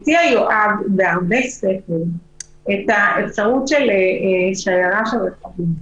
הציע יואב בהרבה שכל את האפשרות לשיירה של רכבים.